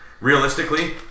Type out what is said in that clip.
realistically